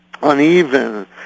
uneven